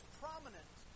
prominent